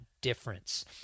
difference